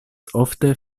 ofte